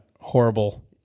horrible